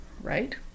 right